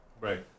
right